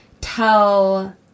tell